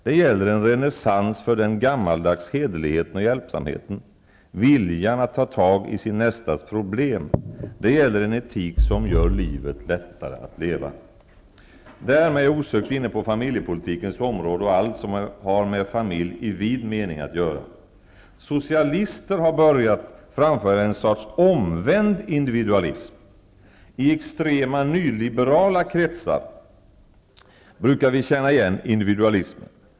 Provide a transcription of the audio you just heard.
Det gäller en renässans för den gammaldags hederligheten och hjälpsamheten, viljan att ta tag i sin nästas problem. Det gäller en etik som gör livet lättare att leva. Därmed är jag osökt inne på familjepolitikens område och allt som har med familj i vid mening att göra. Socialister har börjat framföra en sorts omvänd individualism. I extrema, nyliberala kretsar brukar vi känna igen individualismen.